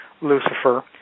Lucifer